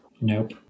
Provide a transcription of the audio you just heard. Nope